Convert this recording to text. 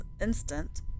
instant